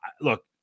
look